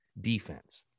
defense